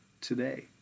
today